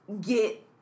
get